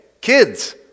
Kids